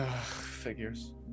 Figures